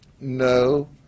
No